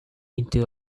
into